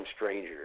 strangers